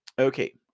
Okay